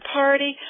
party